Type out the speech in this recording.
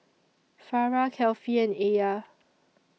Farah Kefli and Alya